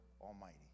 Almighty